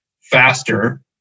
faster